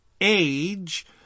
age